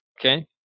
Okay